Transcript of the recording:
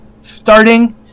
starting